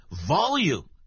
volume